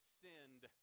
sinned